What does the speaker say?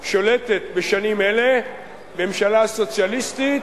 שולטת בשנים אלה ממשלה סוציאליסטית,